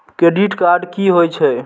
Credit card की होई छै?